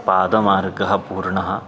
पादमार्गः पूर्णम्